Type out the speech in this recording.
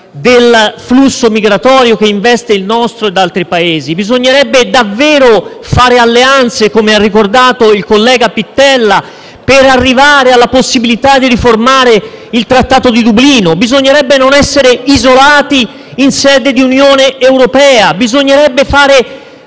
del flusso migratorio, che investe il nostro ed altri Paesi. Bisognerebbe davvero fare alleanze, come ha ricordato il senatore Pittella, per arrivare alla possibilità di riformare il Regolamento di Dublino, bisognerebbe non essere isolati in sede di Unione europea, bisognerebbe fare